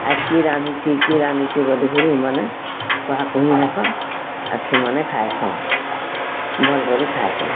ଆଜ୍ କିଏ ରାନ୍ଧିଛି କିଏ ରାନ୍ଧିଛି ବୋଲିକିରି ମାନେ କୁହାକୁହି ହେଁସନ୍ ଆର୍ ସେମାନେ ଖାଏସନ୍ ଭଲକରି ଖାଏସନ୍